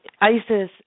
Isis